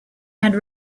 had